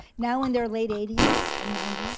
now in their late eighty s and ninety s.